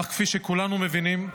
אך כפי שכולנו מבינים,